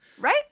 right